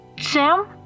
Sam